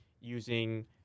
using